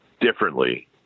differently